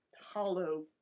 hollow